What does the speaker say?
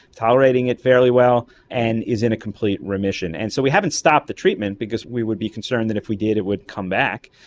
tolerating it fairly well, and is in a complete remission. and so we haven't stopped the treatment because we would be concerned that if we did it would come back,